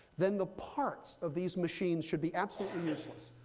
then the parts of these machines should be absolutely useless.